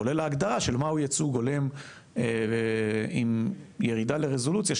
כולל ההגדרה של מהו ייצוג הולם ועם ירידה לרזולוציה,